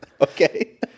Okay